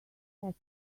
hat